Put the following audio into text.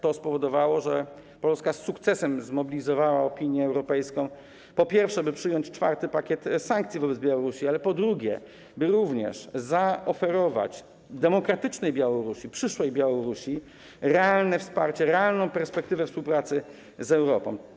To spowodowało, że Polska z sukcesem zmobilizowała opinię europejską, by przyjąć czwarty pakiet sankcji wobec Białorusi, a także aby zaoferować demokratycznej Białorusi, przyszłej Białorusi, realne wsparcie, realną perspektywę współpracy z Europą.